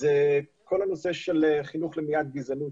זה כל הנושא של חינוך למניעת גזענות,